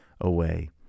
away